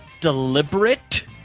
deliberate